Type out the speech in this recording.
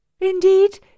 Indeed